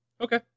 Okay